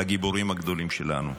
הגיבורים הגדולים שלנו.